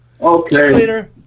Okay